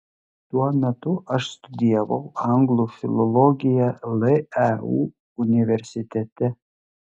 tuo metu aš studijavau anglų filologiją leu universitete